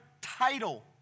title